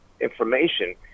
information